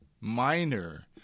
minor